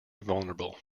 vulnerable